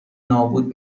نابود